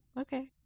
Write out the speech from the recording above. Okay